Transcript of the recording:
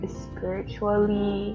spiritually